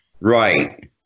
Right